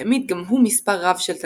העמיד גם הוא מספר רב של תלמידים.